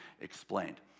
explained